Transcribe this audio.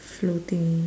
floating